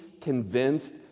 convinced